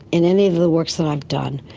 in any of the works that i've done,